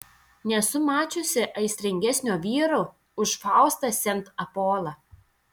nesu mačiusi aistringesnio vyro už faustą sent apolą